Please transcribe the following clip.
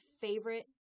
favorite